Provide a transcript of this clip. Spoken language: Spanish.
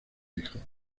hijos